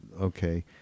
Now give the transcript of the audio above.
okay